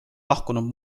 lahkunud